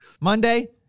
Monday